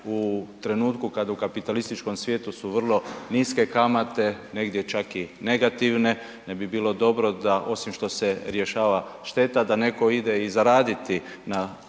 u trenutku kad u kapitalističkom svijetu su vrlo niske kamate, negdje čak i negativne ne bi bilo dobro da osim što se rješava šteta da netko ide i zaraditi na